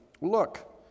Look